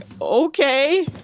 okay